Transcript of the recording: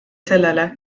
sellele